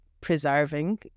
preserving